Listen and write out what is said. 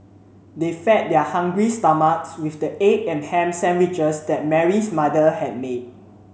they fed their hungry stomachs with the egg and ham sandwiches that Mary's mother had made